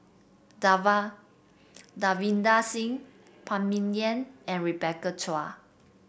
Davinder Singh Phan Ming Yen and Rebecca Chua